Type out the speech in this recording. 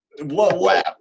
wow